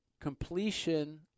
completion